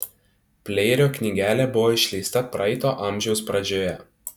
pleirio knygelė buvo išleista praeito amžiaus pradžioje